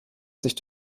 sich